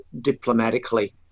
diplomatically